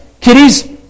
kitties